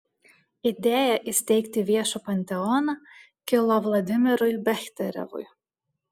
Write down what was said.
idėja įsteigti viešą panteoną kilo vladimirui bechterevui